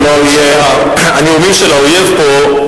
הנאומים של האויב פה,